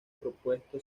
propuesto